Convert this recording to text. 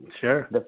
sure